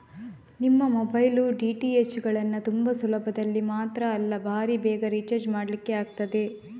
ನಿಮ್ಮ mobile, DTH ಗಳನ್ನ ತುಂಬಾ ಸುಲಭದಲ್ಲಿ ಮಾತ್ರ ಅಲ್ಲ ಭಾರೀ ಬೇಗ ರಿಚಾರ್ಜ್ ಮಾಡ್ಲಿಕ್ಕೆ ಆಗ್ತದೆ